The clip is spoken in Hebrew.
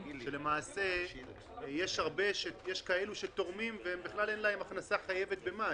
שלמעשה יש מי שתורמים ובכלל אין להם הכנסה חייבת במס,